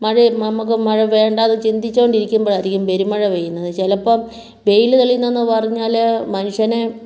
മഴയും നമുക്ക് മഴ വേണ്ടാന്നു ചിന്തിച്ചോണ്ടിരിക്കുമ്പോഴായിരിക്കും പെരുമഴ പെയ്യുന്നത് ചിലപ്പം വെയിൽ തെളിയുന്നെന്ന് പറഞ്ഞാൽ മനുഷ്യനെ